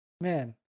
Man